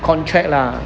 contract lah